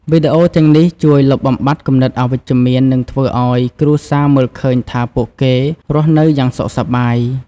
វីដេអូទាំងនេះជួយលុបបំបាត់គំនិតអវិជ្ជមាន និងធ្វើឲ្យគ្រួសារមើលឃើញថាពួកគេរស់នៅយ៉ាងសុខសប្បាយ។